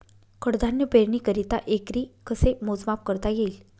कडधान्य पेरणीकरिता एकरी कसे मोजमाप करता येईल?